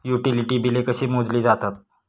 Utility बिले कशी मोजली जातात?